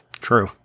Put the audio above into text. true